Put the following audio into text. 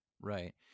Right